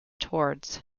towards